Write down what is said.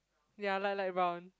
ya light light brown